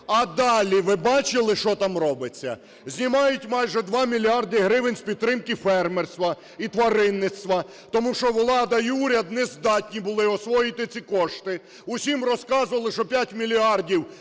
А далі ви бачили, що там робиться? Знімають майже 2 мільярди гривень з підтримки фермерства і тваринництва, тому що влада й уряд не здатні були освоїти ці кошти. Всім розказували, що 5 мільярдів